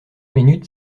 minutes